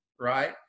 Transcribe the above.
right